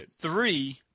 three